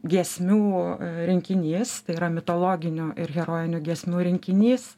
giesmių rinkinys tai yra mitologinių ir herojinių giesmių rinkinys